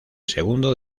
segundo